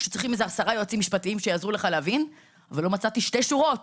שצריכים איזה 10 יועצים משפטיים שיעזרו לך להבין ולא מצאתי שתי שורות